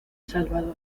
salvador